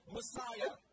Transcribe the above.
Messiah